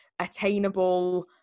attainable